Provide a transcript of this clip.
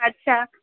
अच्छा